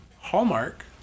Hallmark